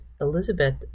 Elizabeth